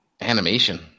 animation